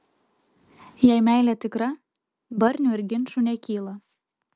jei meilė tikra barnių ir ginčų nekyla